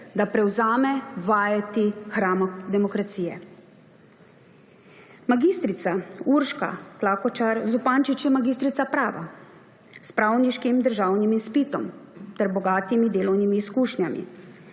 da prevzame vajeti hrama demokracije. Mag. Urška Klakočar Zupančič je magistrica prava s pravniškim državnim izpitom ter bogatimi delovnimi izkušnjami.